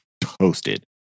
toasted